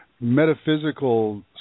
metaphysical